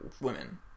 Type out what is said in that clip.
women